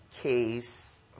case